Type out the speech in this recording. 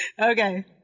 Okay